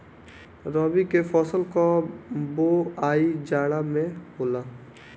रबी के फसल कअ बोआई जाड़ा में होला